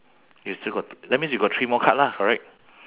you still got that means you got three more card lah correct